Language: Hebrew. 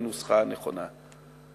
לנוסחה הנכונה.